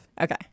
Okay